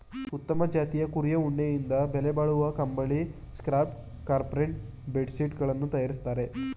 ಉತ್ತಮ ಜಾತಿಯ ಕುರಿಯ ಉಣ್ಣೆಯಿಂದ ಬೆಲೆಬಾಳುವ ಕಂಬಳಿ, ಸ್ಕಾರ್ಫ್ ಕಾರ್ಪೆಟ್ ಬೆಡ್ ಶೀಟ್ ಗಳನ್ನು ತರಯಾರಿಸ್ತರೆ